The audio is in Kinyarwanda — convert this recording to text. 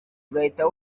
ugahita